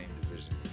division